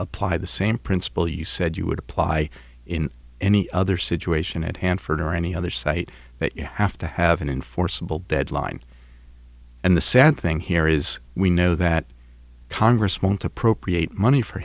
apply the same principle you said you would apply in any other situation at hanford or any other site that you have to have an in forcible deadline and the sad thing here is we know that congress meant appropriate money for